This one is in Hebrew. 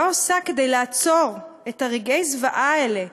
מה היא עושה כדי לעצור את רגעי הזוועה האלה,